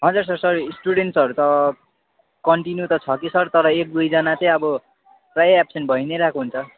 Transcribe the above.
हजुर sir sir स्टुडेन्ट्सहरू त कन्टिन्यू त छ कि सर तर एक दुईजना चाहिँ अब प्राय एब्सेन्ट भइ नै रहेको हुन्छ